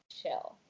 chill